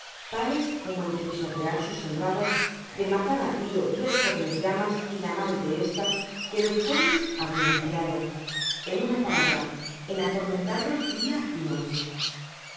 tales como el de pisotear sus sembrados de matar á tiro tres jóvenes llamas y la madre de estas que los pobres habian criado en una palabra en atormentarlos dia y noche